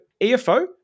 EFO